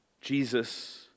Jesus